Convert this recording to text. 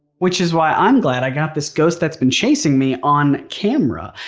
which is why i'm glad i got this ghost that's been chasing me on camera.